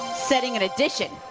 setting an addition.